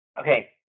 Okay